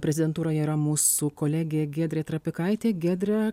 prezidentūroje yra mūsų kolegė giedrė trapikaitė giedre